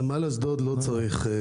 נמל אשדוד לא צריך כסף.